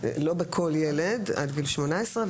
בכל ילד עד גיל 18,